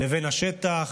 לבין השטח,